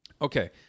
okay